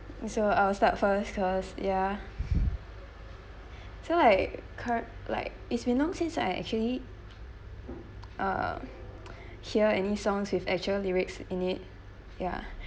so I will start first cause ya so like curr~ like it's been long since I actually uh hear any songs with actual lyrics in it ya